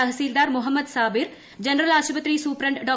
tahsildar Muhammad Sabir general ആശുപത്രി superintendent ഡോ